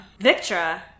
Victra